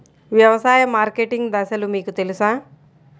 వ్యవసాయ మార్కెటింగ్ దశలు మీకు తెలుసా?